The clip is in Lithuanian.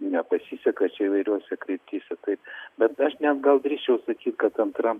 nepasiseka čia įvairiuose kryptyse taip bet aš net gal greičiau akyt kad antram